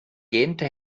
gähnte